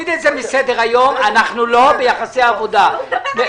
עם שגית בסדר.